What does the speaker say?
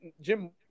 Jim